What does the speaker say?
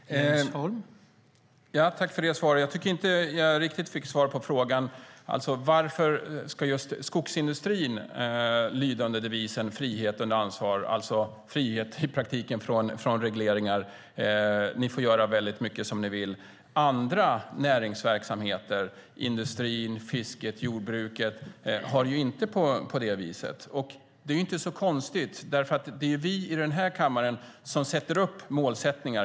Herr talman! Tack för det svaret! Jag tycker inte att jag riktigt fick svar på frågan varför just skogsindustrin ska lyda under devisen frihet under ansvar, det vill säga i praktiken frihet från regleringar där de får göra väldigt mycket som de vill. Andra näringsverksamheter, industrin, fisket och jordbruket, har det inte på det viset, och det är inte så konstigt. Det är vi i den här kammaren som sätter upp mål.